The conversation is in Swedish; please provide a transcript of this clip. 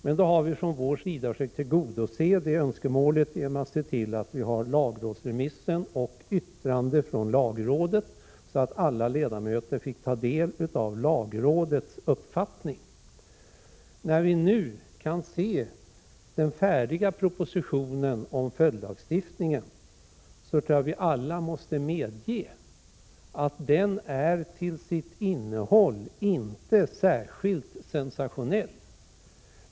Från utskottsmajoritetens sida har vi försökt tillgodose önskemålet beträffande följdlagstiftningen på så sätt att vi sett till att vi har haft lagrådsremissen och yttrandet från lagrådet tillgängliga, så att alla ledamöter har fått ta del av lagrådets uppfattning. När vi nu kan få ta del av den färdiga propositionen om följdlagstiftningen tror jag att vi alla måste medge att den till sitt innehåll inte är särskilt sensationell.